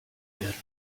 werden